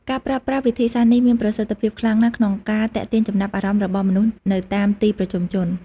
ការប្រើប្រាស់វិធីសាស្ត្រនេះមានប្រសិទ្ធភាពខ្លាំងណាស់ក្នុងការទាក់ទាញចំណាប់អារម្មណ៍របស់មនុស្សនៅតាមទីប្រជុំជន។